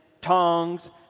tongs